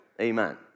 Amen